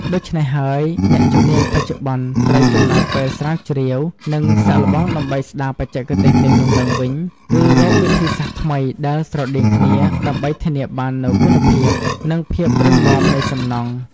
ដូច្នេះហើយ អ្នកជំនាញបច្ចុប្បន្នត្រូវចំណាយពេលស្រាវជ្រាវ និងសាកល្បងដើម្បីស្ដារបច្ចេកទេសទាំងនោះឡើងវិញ ឬរកវិធីសាស្រ្តថ្មីដែលស្រដៀងគ្នាដើម្បីធានាបាននូវគុណភាព និងភាពរឹងមាំនៃសំណង់។